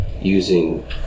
Using